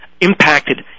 impacted